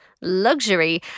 luxury